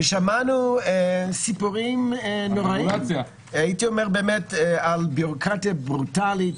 ושמענו סיפורים נוראיים על ביורוקרטיה ברוטלית,